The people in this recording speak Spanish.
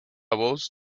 voz